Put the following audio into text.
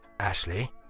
Ashley